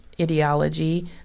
ideology